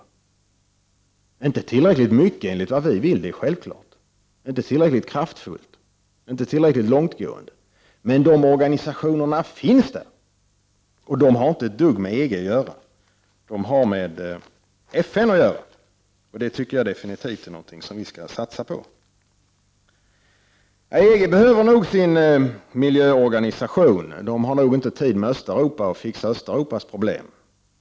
I förhållande till vad vi vill arbetar de självfallet inte tillräckligt mycket, inte tillräckligt kraftfullt, inte tillräckligt långtgående. Men de organisationerna finns där, och de har inte ett dugg med EG att göra. De har med FN att göra — och det tycker jag är något som vi skall satsa på. EG behöver nog sin miljöorganisation. EG har nog inte tid med att fixa 87 Östeuropas problem.